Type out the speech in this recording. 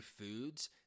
foods